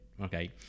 Okay